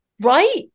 Right